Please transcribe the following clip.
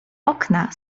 okna